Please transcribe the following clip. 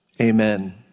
Amen